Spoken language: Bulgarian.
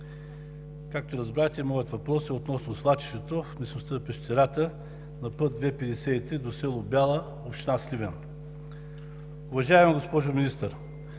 както разбрахте, моят въпрос е относно свлачището в местността „Пещерата“ на път II-53 до село Бяла, община Сливен. Уважаема госпожо Министър,